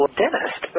dentist